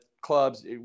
clubs